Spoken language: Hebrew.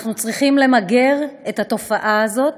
אנחנו צריכים למגר את התופעה הזאת